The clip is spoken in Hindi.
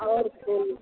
और फूल